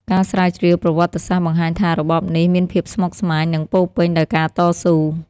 ការស្រាវជ្រាវប្រវត្តិសាស្ត្របង្ហាញថា របបនេះមានភាពស្មុគស្មាញ និងពោរពេញដោយការតស៊ូ។